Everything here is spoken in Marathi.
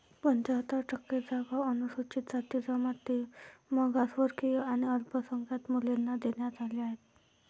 पंच्याहत्तर टक्के जागा अनुसूचित जाती, जमाती, मागासवर्गीय आणि अल्पसंख्याक मुलींना देण्यात आल्या आहेत